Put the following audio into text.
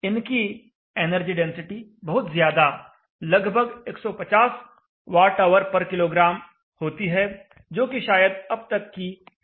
इनकी energy density बहुत ज्यादा लगभग 150 Whkg होती है जो कि शायद अब तक की सबसे अधिक है